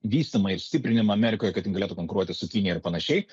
vystymą ir stiprinimą amerikoje kad tik galėtų konkuruoti su kinija ir panašiai